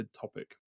topic